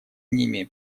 ними